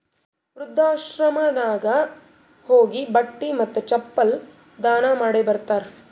ವೃದ್ಧಾಶ್ರಮನಾಗ್ ಹೋಗಿ ಬಟ್ಟಿ ಮತ್ತ ಚಪ್ಪಲ್ ದಾನ ಮಾಡಿ ಬರ್ತಾರ್